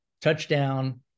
touchdown